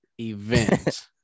event